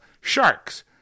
Sharks